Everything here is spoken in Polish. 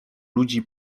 ludzi